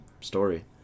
story